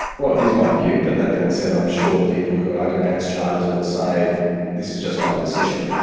well it is my view, but that being said i'm sure the people who argue against charters will say this is just one decision,